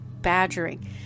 badgering